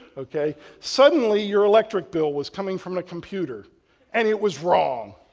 ok. suddenly your electric bill was coming from the computer and it was wrong.